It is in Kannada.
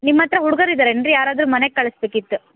ನಿಮ್ಮ ಹತ್ತಿರ ಹುಡ್ಗ್ರು ಇದಾದ್ದು ಏನು ರೀ ಯಾರಾದರೂ ಮನೆಗೆ ಕಳಿಸ್ಬೇಕಿತ್ತು